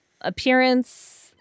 appearance